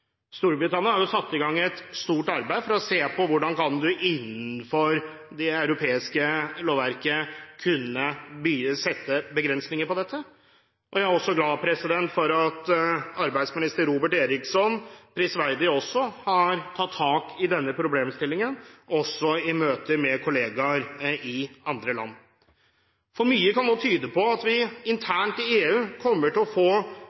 Storbritannia har satt i gang et stort arbeid for å se på hvordan man innenfor det europeiske lovverket skal kunne sette begrensninger på dette. Jeg er også glad for at arbeidsminister Robert Eriksson prisverdig har tatt tak i denne problemstillingen, også i møte med kolleger i andre land. Mye kan nå tyde på at vi internt i EU kommer til å få